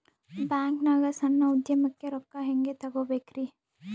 ಬ್ಯಾಂಕ್ನಾಗ ಸಣ್ಣ ಉದ್ಯಮಕ್ಕೆ ರೊಕ್ಕ ಹೆಂಗೆ ತಗೋಬೇಕ್ರಿ?